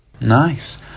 Nice